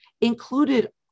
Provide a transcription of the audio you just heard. included